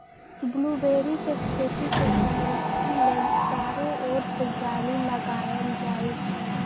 blueberry के खेती के संरक्षण लेल चारो ओर से जाली लगाएल जाइ छै